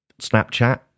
Snapchat